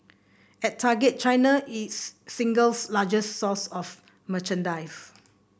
at Target China is single largest source of merchandise